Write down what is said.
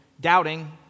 doubting